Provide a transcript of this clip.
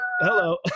hello